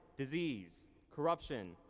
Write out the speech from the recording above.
disease, corruption,